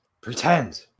Pretend